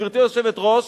גברתי היושבת-ראש,